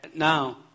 Now